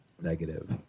negative